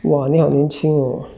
!wah! 你好年轻哦 o